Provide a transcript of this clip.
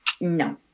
No